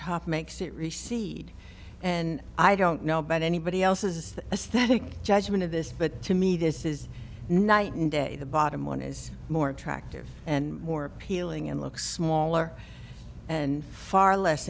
top makes it reseed and i don't know about anybody else is a static judgement of this but to me this is night and day the bottom one is more attractive and more appealing and looks smaller and far less